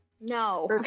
no